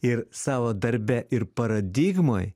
ir savo darbe ir paradigmoj